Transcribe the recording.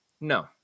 no